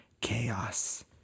chaos